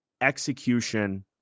execution